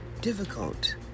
difficult